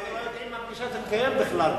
אנחנו לא יודעים אם הפגישה תתקיים בכלל.